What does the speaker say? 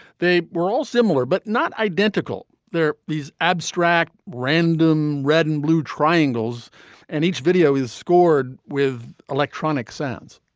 they were all similar but not identical. they're these abstract random red and blue triangles and each video is scored with electronic sounds